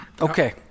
Okay